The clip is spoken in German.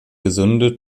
gesunde